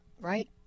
Right